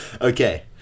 Okay